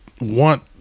want